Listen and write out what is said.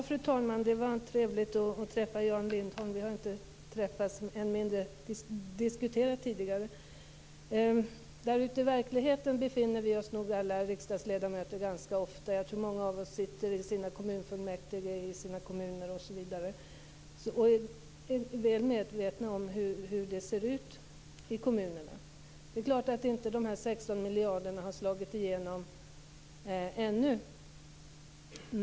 Fru talman! Det var trevligt att träffa Jan Lindholm. Vi har inte träffats tidigare och än mindre debatterat med varandra tidigare. Jag tror nog att alla riksdagsledamöter ganska ofta befinner sig där ute i verkligheten. Jag tror att många av riksdagsledamöterna sitter i kommunfullmäktige ute i kommunerna och är väl medvetna om hur det ser ut i kommunerna. Det är klart att dessa 16 miljarder ännu inte har slagit igenom fullt ut.